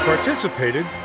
Participated